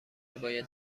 باید